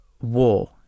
war